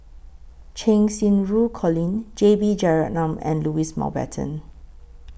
Cheng Xinru Colin J B Jeyaretnam and Louis Mountbatten